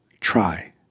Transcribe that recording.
try